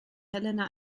helena